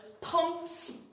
pumps